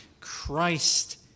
Christ